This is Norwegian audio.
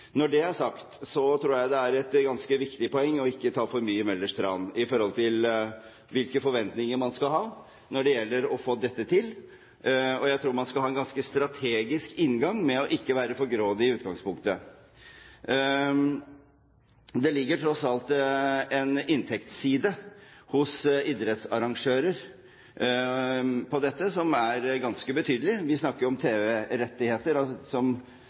Når det er sagt, tror jeg det er et ganske viktig poeng ikke å ta for mye Møllers tran i forhold til hvilke forventninger man skal ha for å få dette til, og jeg tror man skal ha en ganske strategisk inngang med ikke å være for grådig i utgangspunktet. Det ligger tross alt en inntektsside hos idrettsarrangører i dette som er ganske betydelig; vi snakker om tv-rettigheter som medfører store beløp. Vi kjenner jo